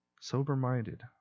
Sober-minded